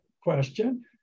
question